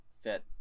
fit